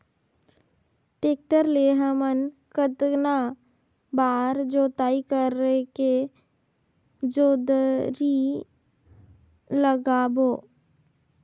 Tractor ले हमन कतना बार जोताई करेके जोंदरी लगाबो?